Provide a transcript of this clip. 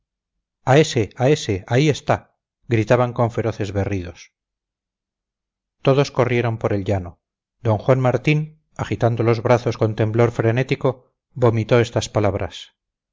a ese a ese ahí está gritaban con feroces berridos todos corrieron por el llano d juan martín agitando los brazos con temblor frenético vomitó estas palabras